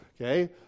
okay